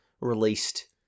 released